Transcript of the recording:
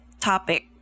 topic